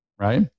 right